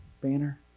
banner